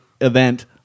event